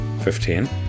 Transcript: Fifteen